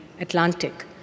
Atlantic